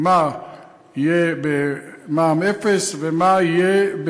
מה יהיה במע"מ אפס ומה יהיה,